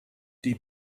die